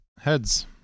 Heads